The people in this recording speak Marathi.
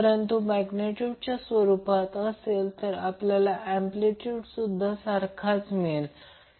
परंतु मॅग्नेट्यूड स्वरूपात आहे आपल्याला अँम्पलीट्यूडसुद्धा सारखाच मिळाले आहे